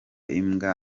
imbwa